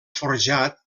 forjat